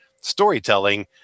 storytelling